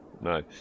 No